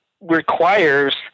requires